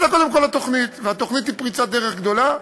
זאת קודם כול התוכנית, שהיא פריצת דרך גדולה.